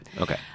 Okay